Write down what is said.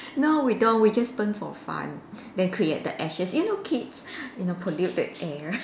no we don't we just burn for fun then create the ashes you know kids you know pollute the air